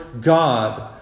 God